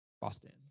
Boston